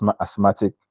asthmatic